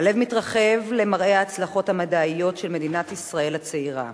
הלב מתרחב למראה ההצלחות המדעיות של מדינת ישראל הצעירה,